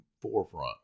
forefront